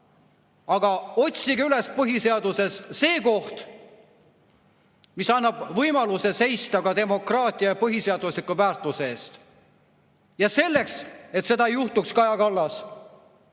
Aga otsige üles põhiseadusest see koht, mis annab võimaluse seista ka demokraatia ja põhiseaduslike väärtuste eest. Ja selleks, et [see] juhtuks, Kaja Kallas,